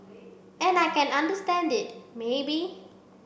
and I can understand it maybe